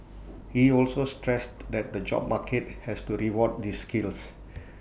he also stressed that the job market has to reward these skills